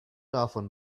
davon